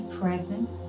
present